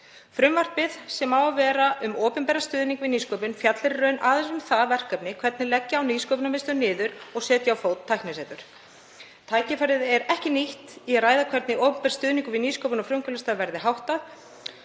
Frumvarpið, sem á að vera um opinberan stuðning við nýsköpun, fjallar í raun aðeins um það verkefni hvernig leggja á Nýsköpunarmiðstöð niður og setja á fót Tæknisetur. Tækifærið er ekki nýtt í að ræða hvernig opinberum stuðningi við nýsköpun og frumkvöðlastarf verði háttað.